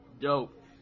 dope